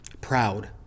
proud